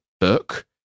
book